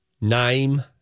Name